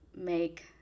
Make